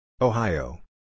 Ohio